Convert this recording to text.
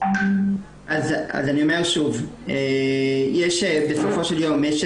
אני אומר שוב, יש בסופו של יום את